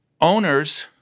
Owners